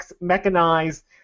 mechanized